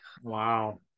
Wow